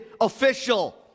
official